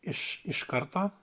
iš iš karto